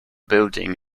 building